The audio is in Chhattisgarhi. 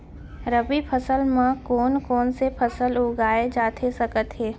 रबि फसल म कोन कोन से फसल उगाए जाथे सकत हे?